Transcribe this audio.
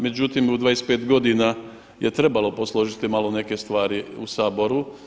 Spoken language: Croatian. Međutim, u 25 godina je trebalo posložiti malo neke stvari u Saboru.